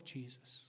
Jesus